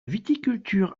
viticulture